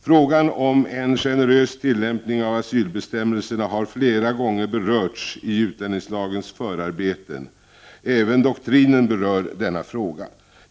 Frågan om en generös tillämpning av asylbestämmelserna har flera gånger berörts i utlänningslagens förarbeten, och även doktrinen berör denna fråga.